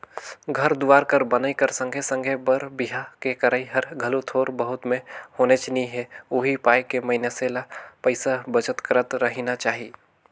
घर दुवार कर बनई कर संघे संघे बर बिहा के करई हर घलो थोर बहुत में होनेच नी हे उहीं पाय के मइनसे ल पइसा बचत करत रहिना चाही